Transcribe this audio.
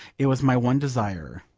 it was my one desire.